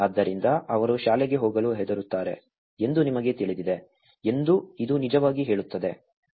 ಆದ್ದರಿಂದ ಅವರು ಶಾಲೆಗೆ ಹೋಗಲು ಹೆದರುತ್ತಾರೆ ಎಂದು ನಿಮಗೆ ತಿಳಿದಿದೆ ಎಂದು ಇದು ನಿಜವಾಗಿ ಹೇಳುತ್ತದೆ